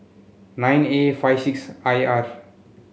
nine A five six I R